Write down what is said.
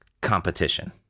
Competition